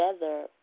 together